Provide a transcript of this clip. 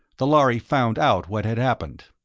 the lhari found out what had happened.